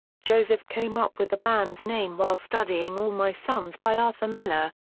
joseph came up with the band's name while studying all my sons by arthur miller,